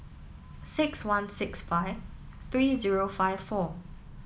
six one six five three zero five four